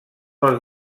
els